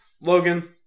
Logan